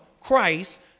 Christ